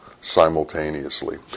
simultaneously